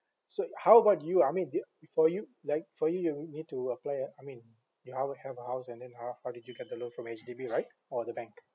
so how about you I mean do you for you like for you you need to apply a I mean you hou~ have a house and then uh how did you get the loan from H_D_B right or the bank